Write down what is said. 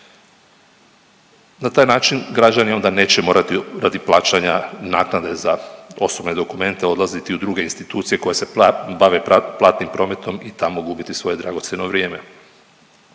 Na taj način građani onda neće morati radi plaćanja naknade za osobne dokumente odlaziti u druge institucije koje se bave platnim prometom i tamo gubiti svoje dragocjeno vrijeme.